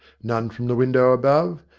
none from the window above,